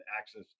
access